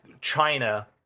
China